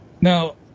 now